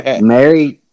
Mary